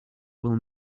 will